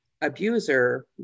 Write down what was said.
abuser